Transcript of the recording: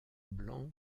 blanc